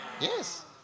Yes